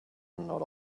not